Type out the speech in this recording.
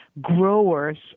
growers